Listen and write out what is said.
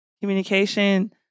Communication